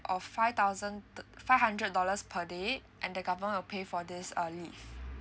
of five thousand five hundred dollars per day and the government will pay for this uh leave